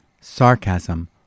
sarcasm